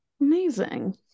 Amazing